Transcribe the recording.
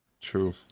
True